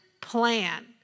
plan